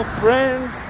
friends